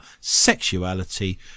sexuality